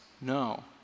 No